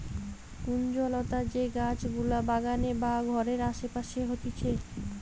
কুঞ্জলতা যে গাছ গুলা বাগানে বা ঘরের আসে পাশে হতিছে